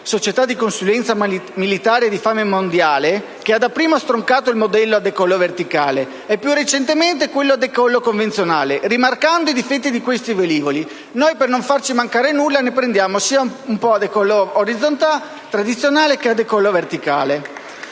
(società di consulenza militare di fama mondiale), che ha dapprima stroncato il modello a decollo verticale e, più recentemente, quello a decollo convenzionale, rimarcando i difetti di questi velivoli. Noi, per non farci mancare nulla, ne prendiamo un po' sia a decollo tradizionale che a decollo verticale.